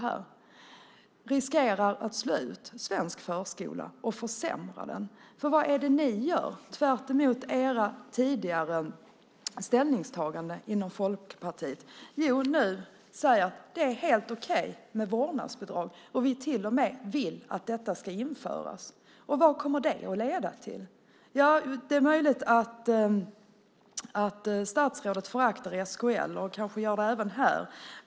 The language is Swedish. Ni riskerar att slå ut svensk förskola och försämra den. För vad är det ni gör, tvärtemot era tidigare ställningstaganden inom Folkpartiet? Jo, ni säger: Det är helt okej med vårdnadsbidrag. Vi vill till och med att detta ska införas. Vad kommer det att leda till? Det är möjligt att statsrådet föraktar SKL och kanske gör det även här.